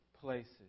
places